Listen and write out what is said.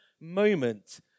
moment